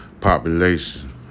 population